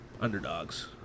underdogs